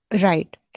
Right